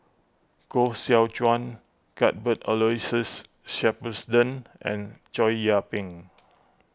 Koh Seow Chuan Cuthbert Aloysius Shepherdson and Chow Yian Ping